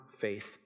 faith